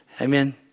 Amen